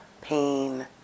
pain